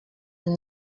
are